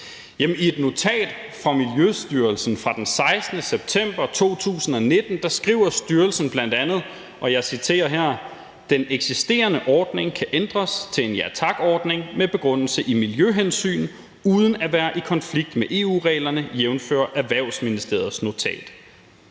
I et notat fra Miljøstyrelsen fra den 16. september 2019 skriver styrelsen bl.a., og jeg citerer her: »Dette betyder, at den eksisterende ordning kan ændres til en ja-tak ordning med begrundelse i miljøhensyn uden at være i konflikt med EU-reglerne jævnfør Erhvervsministeriets notat.«